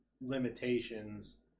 limitations